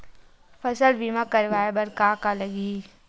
फसल बीमा करवाय बर का का लगही?